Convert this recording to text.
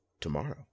tomorrow